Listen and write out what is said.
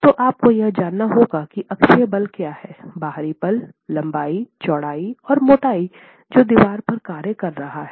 तो आपको यह जानना होगा कि अक्षीय बल क्या है बाहरी पल लंबाई चौड़ाई और मोटाई जो दीवार पर कार्य कर रहा है